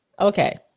okay